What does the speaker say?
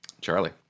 Charlie